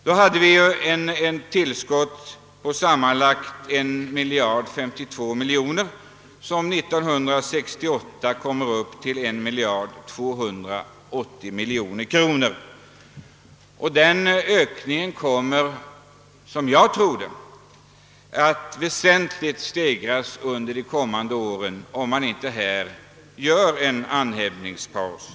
Då förelåg ett tillskott på sammanlagt 1 052 miljoner kronor medan siffran för 1968 blir 1280 miljoner. Ökningen kommer enligt vår mening att bli väsentligt större under följande år om det inte görs en andhämtningspaus.